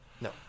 no